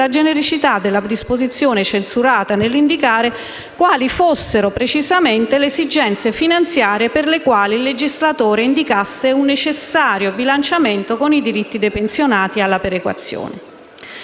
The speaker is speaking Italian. genericità della disposizione censurata nell'indicare quali fossero precisamente le esigenze finanziarie, per le quali il legislatore indicasse un necessario bilanciamento con i diritti dei pensionati alla perequazione;